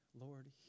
Lord